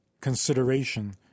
consideration